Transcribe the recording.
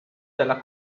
della